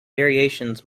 variations